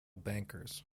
bankers